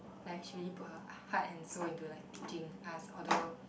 like she really put her heart and soul into like teaching us although